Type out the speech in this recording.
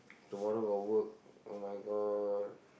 tomorrow got work oh my god